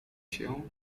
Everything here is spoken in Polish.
się